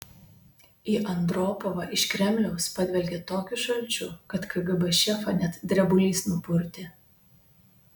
į andropovą iš kremliaus padvelkė tokiu šalčiu kad kgb šefą net drebulys nupurtė